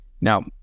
Now